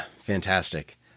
Fantastic